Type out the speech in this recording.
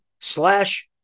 slash